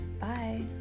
Bye